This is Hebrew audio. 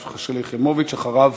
שלי יחימוביץ, ואחריה,